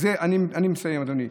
אני מסיים, אדוני.